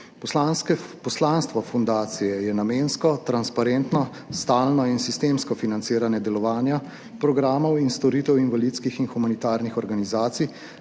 Poslanstvo fundacije je namensko, transparentno, stalno in sistemsko financiranje delovanja programov in storitev invalidskih in humanitarnih organizacij,